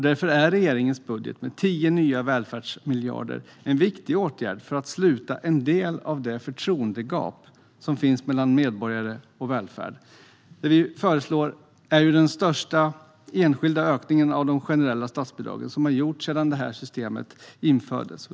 Därför är regeringens budget med 10 nya välfärdsmiljarder en viktig åtgärd för att sluta en del av det förtroendegap som finns mellan medborgare och välfärd. Det vi föreslår är den största enskilda ökning av de generella statsbidragen som gjorts sedan systemet infördes.